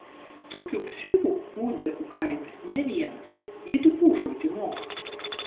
tokių psichų ūdekų kaime ne vienas jie tik ūžauti moka